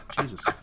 Jesus